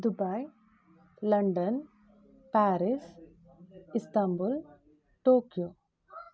Dubai London Paris Istanbul Tokyo